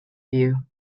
view